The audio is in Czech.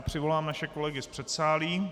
Přivolám naše kolegy z předsálí.